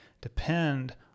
depend